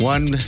One